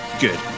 Good